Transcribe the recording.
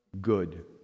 good